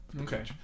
Okay